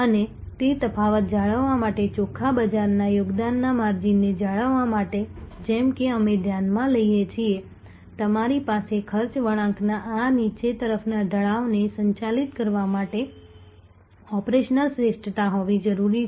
અને તે તફાવત જાળવવા માટે ચોખ્ખા બજારના યોગદાનના માર્જિનને જાળવવા માટે જેમ કે અમે ધ્યાનમાં લઈએ છીએ તમારી પાસે ખર્ચ વળાંકના આ નીચે તરફના ઢોળાવને સંચાલિત કરવા માટે ઓપરેશનલ શ્રેષ્ઠતા હોવી જરૂરી છે